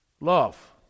Love